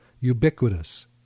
ubiquitous